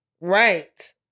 right